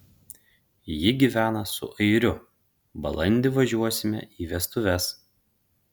ji gyvena su airiu balandį važiuosime į vestuves